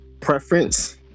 preference